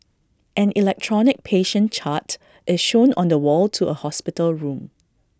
an electronic patient chart is shown on the wall to A hospital room